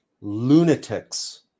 lunatics